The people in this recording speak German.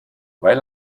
weil